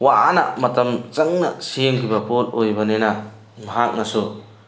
ꯋꯥꯅ ꯃꯇꯝ ꯆꯪꯅ ꯁꯦꯝꯈꯤꯕ ꯄꯣꯠ ꯑꯣꯏꯕꯅꯤꯅ ꯃꯍꯥꯛꯅꯁꯨ